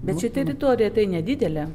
bet ši teritorija tai nedidelė